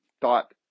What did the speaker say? thought